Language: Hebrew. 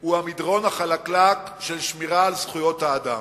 הוא המדרון החלקלק של שמירה על זכויות האדם.